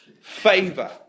favor